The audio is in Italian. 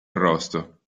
arrosto